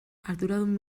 arduradun